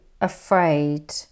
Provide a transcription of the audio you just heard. afraid